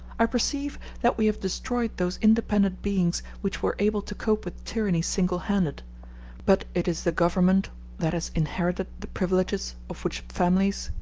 i perceive that we have destroyed those independent beings which were able to cope with tyranny single-handed but it is the government that has inherited the privileges of which families,